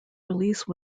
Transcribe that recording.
release